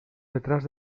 detrás